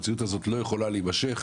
המציאות הזאת לא יכולה להימשך